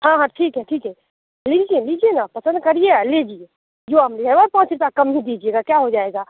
हाँ हाँ ठीक है ठीक है लीजिए लीजिए न पसंद करिए और लीजिए जो अम्बी है वो पाँच कम ही दीजिएगा क्या हो जाएगा